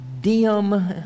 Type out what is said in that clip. dim